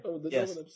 Yes